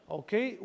okay